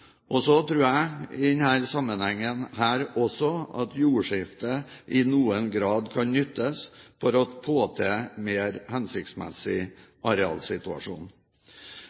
landbrukseiendom. Så tror jeg at også i denne sammenhengen kan jordskifte i noen grad nyttes for å få til en mer hensiktsmessig arealsituasjon.